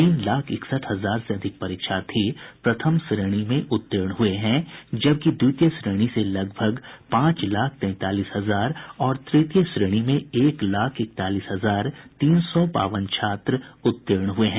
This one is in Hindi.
तीन लाख इकसठ हजार से अधिक परीक्षार्थी प्रथम श्रेणी में उत्तीर्ण हुए हैं जबकि द्वितीय श्रेणी से लगभग पांच लाख तैंतालीस हजार और तृतीय श्रेणी में एक लाख इकतालीस हजार तीन सौ बावन छात्र उत्तीर्ण हुए हैं